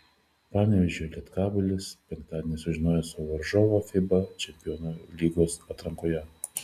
panevėžio lietkabelis penktadienį sužinojo savo varžovą fiba čempionų lygos atrankoje